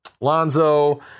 Lonzo